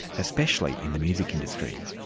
especially in the music industry.